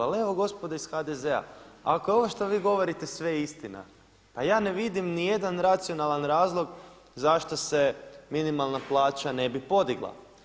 Ali evo gospodo iz HDZ-a ako je ovo što vi govorite sve istina, a ja ne vidim ni jedan racionalan razlog zašto se minimalna plaća ne bi podigla.